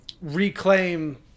reclaim